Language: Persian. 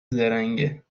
زرنگه